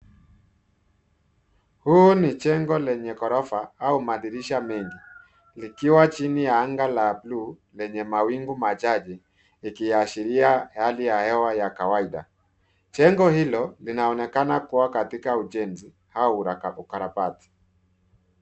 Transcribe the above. Huu ni jengo lenye ghorofa au madirisha mengi, likiwa chini ya anga la bluu lenye mawingu machache, ikiashiria hali ya hewa ya kawaida. Jengo hilo linaonekana kuwa katika ujenzi au ukarabati.